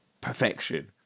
perfection